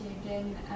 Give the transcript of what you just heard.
again